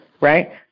right